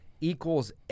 equals